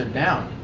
ah now